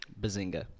Bazinga